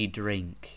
drink